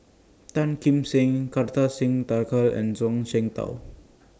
Tan Kim Seng Kartar Singh Thakral and Zhuang Shengtao